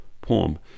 poem